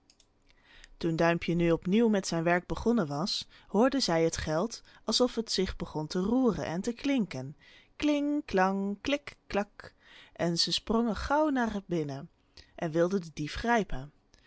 toen duimpje nu op nieuw met zijn werk begonnen was hoorden zij het geld alsof t zich begon te roeren en te klinken kling klang klik klak en ze sprongen gauw naar binnen en wilden den dief grijpen